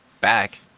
back